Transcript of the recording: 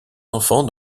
enfants